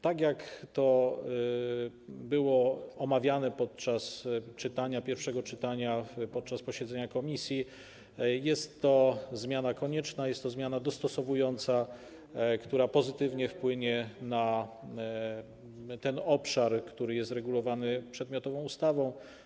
Tak jak to było omawiane podczas pierwszego czytania w czasie posiedzenia komisji, jest to zmiana konieczna, jest to zmiana dostosowująca, która pozytywnie wpłynie na ten obszar, który jest regulowany przedmiotową ustawą.